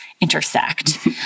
intersect